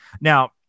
now